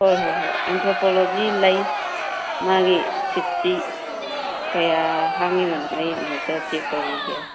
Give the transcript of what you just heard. ꯍꯣꯏ ꯍꯣꯏ ꯍꯣꯏ ꯑꯦꯟꯊ꯭ꯔꯣꯄꯣꯂꯣꯖꯤ ꯂꯩ ꯃꯥꯒꯤ ꯁꯤꯠꯁꯤ ꯀꯌꯥ ꯍꯥꯡꯉꯤꯕꯅꯣ ꯑꯩ ꯑꯃꯨꯛꯇ ꯆꯦꯛ ꯇꯧꯈꯤꯒꯦ